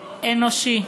אנושי.